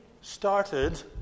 started